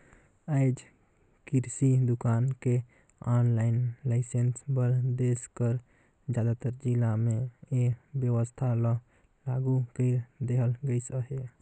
आएज किरसि दुकान के आनलाईन लाइसेंस बर देस कर जादातर जिला में ए बेवस्था ल लागू कइर देहल गइस अहे